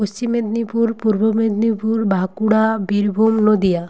Paschim Medinipur Purba Medinipur Bankura Birbhum Nadia